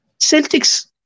Celtics